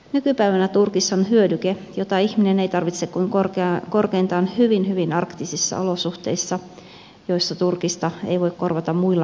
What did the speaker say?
nykypäivänä turkis on hyödyke jota ihminen ei tarvitse kuin korkeintaan hyvin hyvin arktisissa olosuhteissa joissa turkista ei voi korvata muilla materiaaleilla